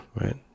right